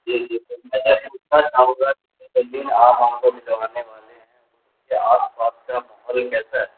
جی جی میں نے میں آؤں گا کسی دن بھی آپ ہم کو زمانے کے آس پاس کا ماحول کیسا ہے